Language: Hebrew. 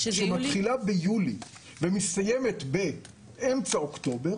שמתחילה ביולי ומסתיימת באמצע אוקטובר,